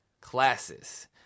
Classes